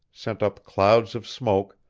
sent up clouds of smoke,